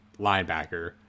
linebacker